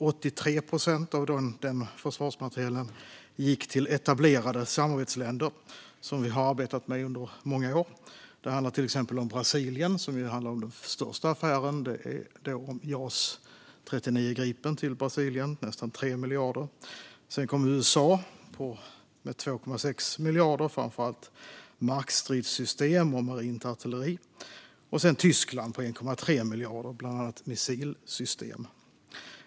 83 procent av den försvarsmaterielen gick till etablerade samarbetsländer som vi har arbetat med under många år. Till exempel gjorde Brasilien den största affären när de köpte Jas 39 Gripen för nästan 3 miljarder. Sedan kom USA som för 2,6 miljarder köpte framför allt markstridssystem och marint artilleri. Sedan kom Tyskland som för 1,3 miljarder köpte bland annat missilsystem.